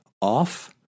off